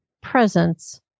presence